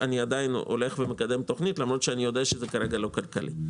אנחנו עדיין מקדמים תוכנית למרות שאנחנו יודעים שזה כרגע לא כלכלי.